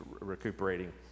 recuperating